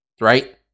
Right